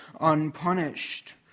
unpunished